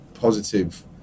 positive